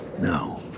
No